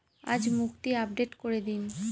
আজ মুক্তি আপডেট করে দিন